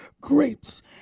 grapes